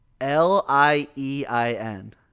L-I-E-I-N